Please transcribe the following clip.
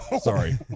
Sorry